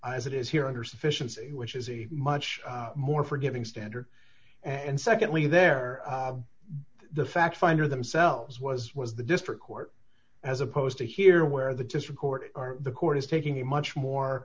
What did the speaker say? as it is here under sufficiency which is a much more forgiving standard and secondly there the fact finder themselves was was the district court as opposed to here where the just a court or the court is taking a much